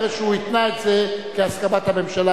אחרי שהוא התנה את זה כהסכמת הממשלה,